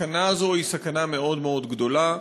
הסכנה הזאת היא סכנה מאוד מאוד גדולה.